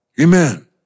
Amen